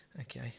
okay